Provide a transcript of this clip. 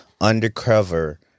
Undercover